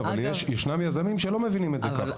אבל ישנם יזמים שלא מבינים את זה כך.